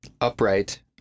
upright